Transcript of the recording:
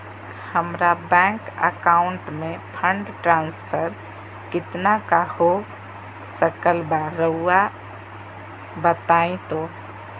हमरा bank account से fund transfer कितना का हो सकल बा रुआ बताई तो?